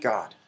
God